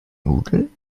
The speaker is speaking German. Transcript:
nudeln